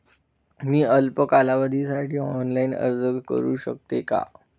मी अल्प कालावधीसाठी ऑनलाइन अर्ज करू शकते का?